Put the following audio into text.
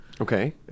Okay